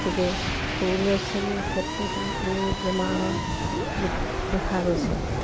গতিকে সৰু ল'ৰা ছোৱালীৰ ক্ষেত্ৰতো এই বেমাৰৰ ৰোগ দেখা গৈছে